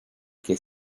que